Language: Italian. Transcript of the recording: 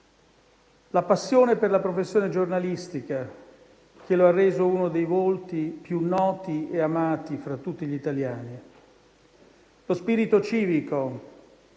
la passione per la professione giornalistica che lo ha reso uno dei volti più noti e amati fra tutti gli italiani, lo spirito civico